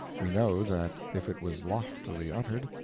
we know that if it was loftily uttered,